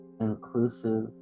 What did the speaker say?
inclusive